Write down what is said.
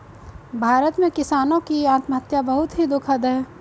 भारत में किसानों की आत्महत्या बहुत ही दुखद है